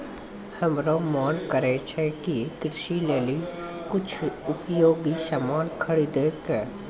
हमरो मोन करै छै कि कृषि लेली कुछ उपयोगी सामान खरीदै कै